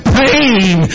pain